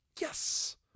Yes